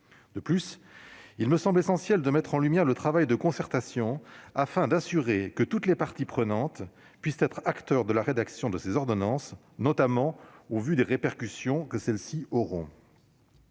me semble ensuite essentiel de mettre en lumière le travail de concertation, pour s'assurer que toutes les parties prenantes participent à la rédaction des ordonnances, notamment au vu des répercussions que celles-ci pourront